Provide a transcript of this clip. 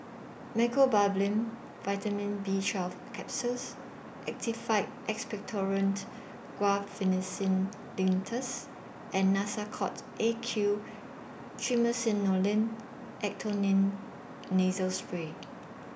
Mecobalamin Vitamin B twelve Capsules Actified Expectorant Guaiphenesin Linctus and Nasacort A Q Triamcinolone Acetonide Nasal Spray